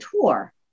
tour